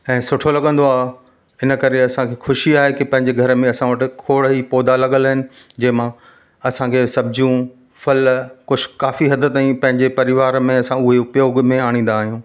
ऐं सुठो लगंदो आहे हिन करे असांखे ख़ुशी आहे की पंहिंजे घर में असांखे खोड़ ई पौधा लॻियल आहिनि जंहिंमां असांखे सब्जियूं फ़ल कुझु काफ़ी हद ताईं पंहिंजे परिवार में असां हूअ उपयोगु में आणींदा आहियूं